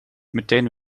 meteen